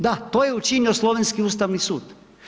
Da, to je učinio slovenski Ustavi sud.